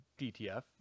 DTF